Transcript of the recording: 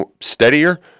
steadier